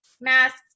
masks